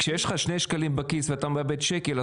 כשיש לך שני שקלים בכיס ואתה מאבד שקל,